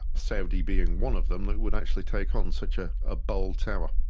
saudi being one of them, that would actually take on such a ah bold tower.